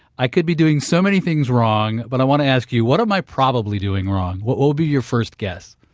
i could be doing so many things wrong. but i want to ask you, what am i probably doing wrong? what will be your first guess?